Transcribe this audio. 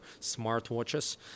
smartwatches